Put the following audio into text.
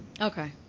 Okay